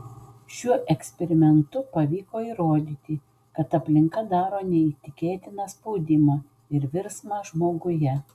šiuo eksperimentu pavyko įrodyti kad aplinka daro neįtikėtiną spaudimą ir virsmą žmoguje